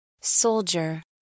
Soldier